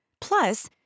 Plus